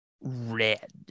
red